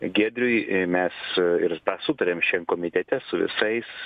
giedriui e mes ir tą sutariam šiandien komitete su visais